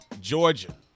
Georgia